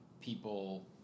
people